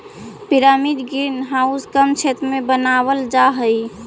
pyramid green house कम क्षेत्र में बनावाल जा हई